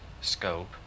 scope